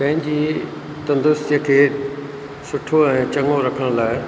पंहिंजे तंदरुस्तीअ खे सुठो ऐं चङो रखण लाइ